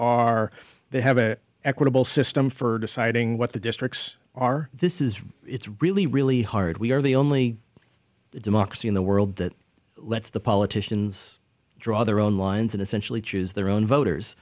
are they have an equitable system for deciding what the districts are this is it's really really hard we are the only democracy in the world that lets the politicians draw their own lines and essentially choose their own voters